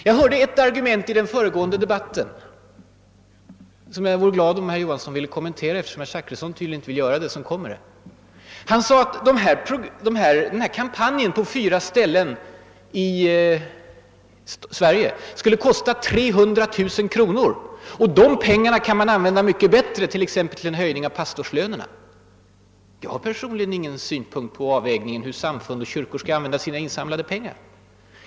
Jag hörde ett argument i den föregående debatten som jag vore glad om herr Johansson ville kommentera, eftersom herr Zachrisson, som kanske nu kommer in i kammaren, tydligen inte vill göra det. Han sade att den här kampanjen på fyra ställen i Sverige skulle kosta 300 000 kronor, och att de pengarna kunde användas mycket bättre, t.ex. till en höjning av pastorslönerna. Jag har personligen ingen synpunkt på hur kyrkor och samfund skall använda sina insamlade pengar.